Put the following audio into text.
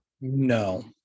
No